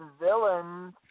villains